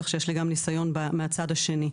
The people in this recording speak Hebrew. כך שיש לי גם ניסיון מהצד השני.